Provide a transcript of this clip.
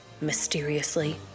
mysteriously